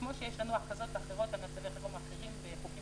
כמו שיש לנו הכרזות אחרות על מצבי חירום אחרים בחוקים